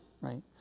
Right